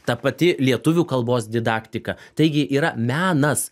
tapati lietuvių kalbos didaktika taigi yra menas